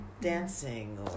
dancing